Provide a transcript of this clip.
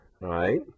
right